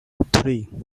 three